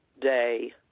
day